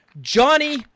johnny